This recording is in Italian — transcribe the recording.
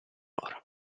ora